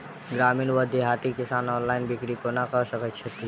ग्रामीण वा देहाती किसान ऑनलाइन बिक्री कोना कऽ सकै छैथि?